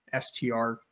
STR